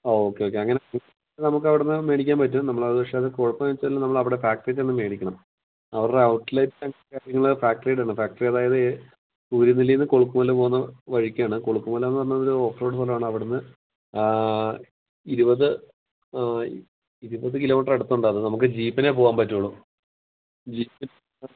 ആ okay okay അങ്ങനെ നമുക്ക് അവിറ്റെ നിന്ന് മേടിക്കാൻ പറ്റും നമ്മൾ അത് പക്ഷേ അത് കു ഴപ്പം എന്താണെന്ന് വച്ചാൽ നമ്മൾ അവിടെ ഫാക്ടറിയിൽ ചെന്ന് മേടിക്കണം അവരുടെ ഔട്ട്ലെറ്റ് ഫാക്ടറിയുടെ ആണ് ഫാക്ടറി അതായത് സൂര്യനെല്ലി നിന്ന് കുണുക്കുമല പോന്ന വഴിക്കാണ് കുണുക്കുമല എന്ന് പറഞ്ഞാൽ ഒരു ഓഫ് റോഡ് പോലെയാണ് അവിടെ നിന്ന് ആ ഇരുപത് ഇരുപത് കിലോമീറ്റർ അടുത്തുണ്ട് അത് നമുക്ക് ജീപ്പിനെ പോവാൻ പറ്റുള്ളൂ